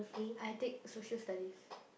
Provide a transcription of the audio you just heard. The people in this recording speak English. I take Social-Studies